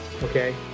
Okay